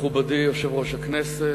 מכובדי יושב-ראש הכנסת,